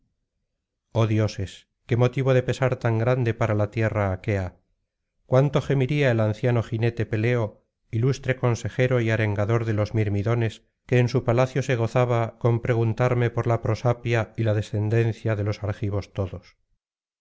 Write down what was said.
dioses qué motivo de pesar tan grande para la tierra áquea cuánto gemiría el anciano jinete peleo ilustre consejero y arengador de los mirmidones que en su palacio se gozaba con preguntarme por la prosapia y la descendencia de los argivos todos